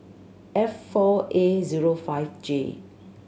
F four A zero five J